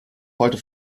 heute